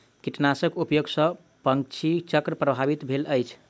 कीटनाशक उपयोग सॅ पंछी चक्र प्रभावित भेल अछि